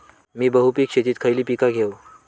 मी बहुपिक शेतीत खयली पीका घेव?